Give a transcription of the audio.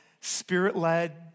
spirit-led